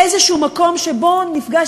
איזשהו מקום שבו נפגש,